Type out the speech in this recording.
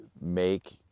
make